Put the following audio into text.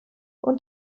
und